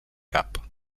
cap